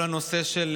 כל הנושא של